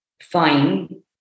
fine